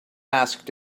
asked